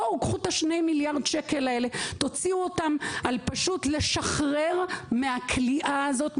קחו את הכסף הזה ותוציאו אותו על לשחרר מהכליאה הזאת,